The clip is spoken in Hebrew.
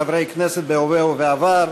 חברי הכנסת בהווה ובעבר,